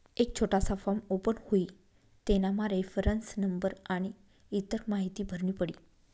एक छोटासा form open हुई तेनामा रेफरन्स नंबर आनी इतर माहीती भरनी पडी